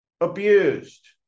abused